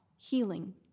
Healing